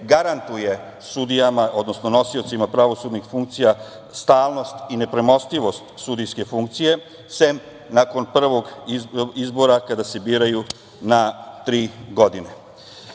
garantuje sudijama odnosno nosiocima pravosudnih funkcija stalnost i nepremostivost sudijske funkcije, sem nakon prvog izbora, kada se biraju na tri